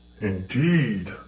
Indeed